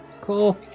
Cool